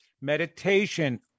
Meditation